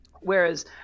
whereas